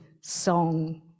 song